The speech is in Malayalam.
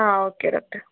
ആ ഓക്കെ ഡോക്ടർ